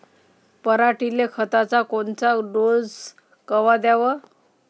पऱ्हाटीले खताचा कोनचा डोस कवा द्याव?